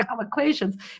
equations